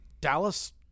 Dallas